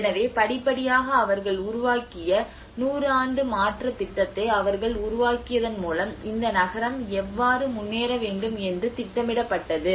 எனவே படிப்படியாக அவர்கள் உருவாக்கிய 100 ஆண்டு மாற்ற திட்டத்தை அவர்கள் உருவாக்கியதன் மூலம் இந்த நகரம் எவ்வாறு முன்னேற வேண்டும் என்று திட்டமிடப்பட்டது